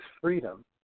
freedom